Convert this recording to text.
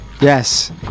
yes